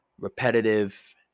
repetitive